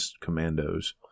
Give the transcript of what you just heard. commandos